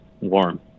warm